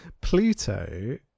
Pluto